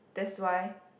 that's why